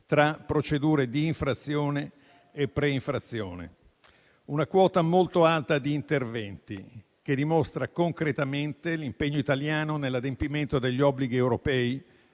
tra procedure di infrazione e pre-infrazione: una quota molto alta di interventi che dimostra concretamente l'impegno italiano nell'adempimento degli obblighi europei